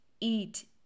eat